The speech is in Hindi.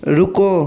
रुको